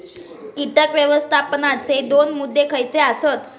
कीटक व्यवस्थापनाचे दोन मुद्दे खयचे आसत?